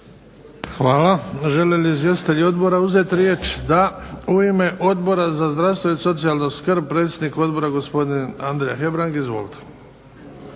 Hvala. Žele li izvjestitelji odbora uzeti riječ? Da. U ime Odbora za zdravstvo i socijalnu skrb predsjednik odbora gospodin Andrija Hebrang. Izvolite.